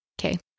Okay